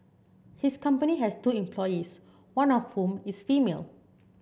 his company has two employees one of whom is female